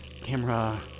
Camera